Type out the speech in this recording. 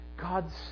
God's